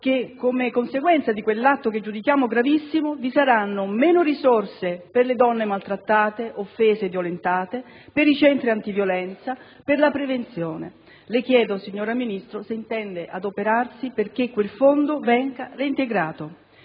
La conseguenza di quell'atto che giudichiamo gravissimo - ma lo sa benissimo - è che vi saranno meno risorse per le donne maltrattate, offese e violentate, per i centri antiviolenza e per la prevenzione. Le chiedo, signora Ministro, se intende adoperarsi perché quel fondo venga reintegrato.